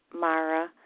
Mara